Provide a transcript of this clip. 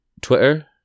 Twitter